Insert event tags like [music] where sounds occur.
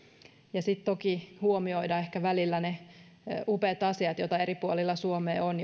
ja sitten toki huomioida ehkä välillä ne upeat asiat joita eri puolella suomea on [unintelligible]